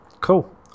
Cool